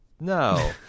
no